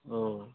औ